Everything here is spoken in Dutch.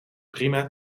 prima